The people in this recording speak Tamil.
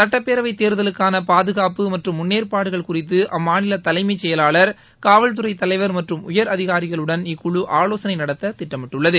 சட்டப்பேரவை தேர்தலுக்கான பாதுகாப்பு மற்றும் முன்னேற்பாடுகள் குறித்து அம்மாநில தலைமம் செயலாளர் காவல்துறை தலைவர் மற்றும் உயர் அதிகாரிகளுடனும் இக்குழு ஆலோசனை நடத்த திட்டமிட்டுள்ளது